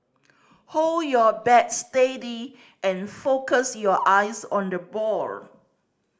hold your bat steady and focus your eyes on the ball